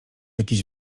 jakiś